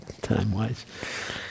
time-wise